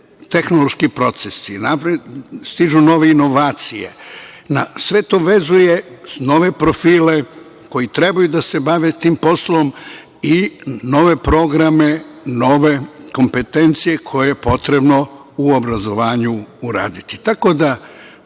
tehnološki procesi, stižu nove inovacije, sve to vezuje nove profile koji treba da se bave tim poslom i nove programe, nove kompetencije koje je potrebno u obrazovanju uraditi. Ja